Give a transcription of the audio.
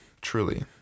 truly